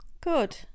Good